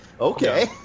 okay